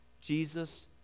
Jesus